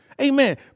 Amen